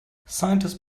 scientists